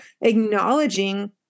acknowledging